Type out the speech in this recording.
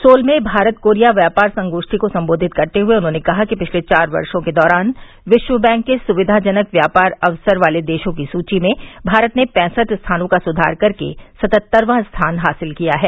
soul में Bharat Korea व्यापार संगोष्ठी को संबोधित करते हुए उन्होंने कहा कि पिछले चार वर्षो के दौरान विश्वबैंक के सुविघाजनक व्यापार अवसर वाले देशों की सुची में भारत ने पैंसठ स्थानों का सुधार करके सतहत्तरवां स्थान हासिल किया है